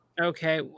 Okay